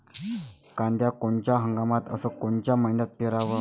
कांद्या कोनच्या हंगामात अस कोनच्या मईन्यात पेरावं?